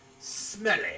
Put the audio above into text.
smelly